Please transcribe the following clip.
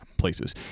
places